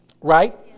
Right